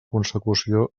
consecució